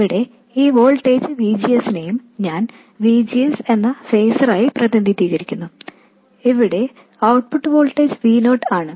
ഇവിടെ ഈ voltage VGS നെ ഞാൻ VGS എന്ന ഫേസറായി പ്രതിനിധീകരിക്കുന്നു ഇവിടെ ഔട്ട്പുട്ട് വോൾട്ടേജ് V o ആണ്